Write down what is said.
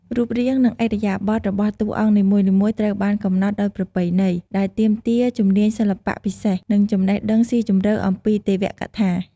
រូបរាង និងឥរិយាបថរបស់តួអង្គនីមួយៗ ត្រូវបានកំណត់ដោយប្រពៃណី ដែលទាមទារជំនាញសិល្បៈពិសេស និងចំណេះដឹងស៊ីជម្រៅអំពីទេវកថា។